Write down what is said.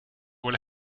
will